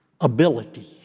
ability